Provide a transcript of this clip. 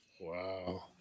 wow